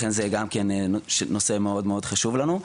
לכן זה גם כן נושא שהוא מאוד מאוד חשוב לנו.